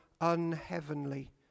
unheavenly